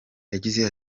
yagize